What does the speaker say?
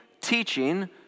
teaching